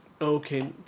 Okay